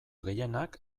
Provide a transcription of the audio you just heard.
gehienak